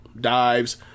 dives